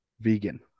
vegan